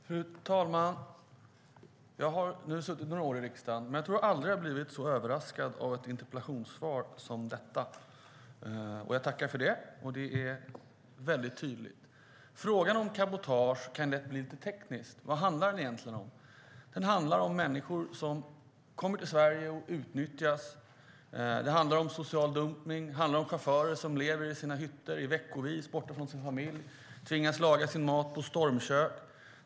Fru talman! Jag har suttit några år i riksdagen, och jag har nog aldrig blivit så överraskad av ett interpellationssvar som detta. Jag tackar för det. Det är väldigt tydligt. Frågan om cabotage kan lätt bli lite teknisk. Vad handlar det egentligen om? Det handlar om människor som kommer till Sverige och utnyttjas. Det handlar om social dumpning, om chaufförer som lever i sina lastbilshytter, tvingas laga sin mat på stormkök och veckovis är borta från sina familjer.